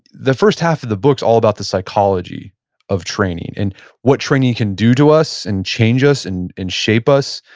the first half of the book's all about the psychology of training and what training can do to us and change us and and shape us,